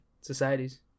societies